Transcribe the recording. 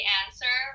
answer